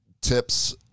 tips